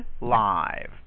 live